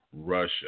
Russia